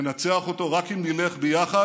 ננצח אותו רק אם נלך ביחד,